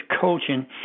coaching